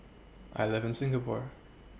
I live in Singapore